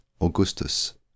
Augustus